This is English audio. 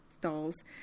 dolls